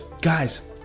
guys